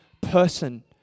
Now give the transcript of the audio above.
person